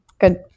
Good